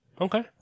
Okay